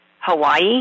Hawaii